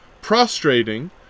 prostrating